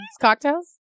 Cocktails